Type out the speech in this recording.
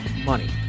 money